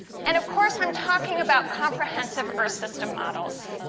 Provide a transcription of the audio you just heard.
and of course, i am talking about comprehensive earth system models.